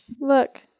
Look